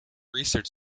research